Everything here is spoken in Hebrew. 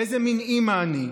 איזו מין אימא אני?